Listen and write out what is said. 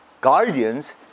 guardians